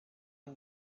and